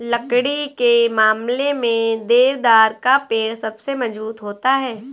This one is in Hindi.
लकड़ी के मामले में देवदार का पेड़ सबसे मज़बूत होता है